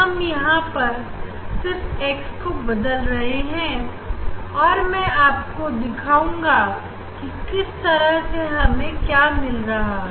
हम यहां पर सिर्फ x को बदल रहे हैं अब मैं आपको दिखाऊंगा कि किस तरह से हमें क्या मिल रहा है